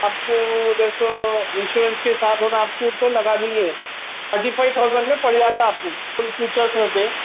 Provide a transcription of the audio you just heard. آپ کو اگر سو انشورنس کے ساتھ ہونا آپ کو تو لگا دیں گے تھرٹی فائیو تھاؤزنڈ میں پڑ جاتا آپ کو